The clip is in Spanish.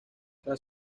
tras